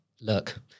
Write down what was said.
look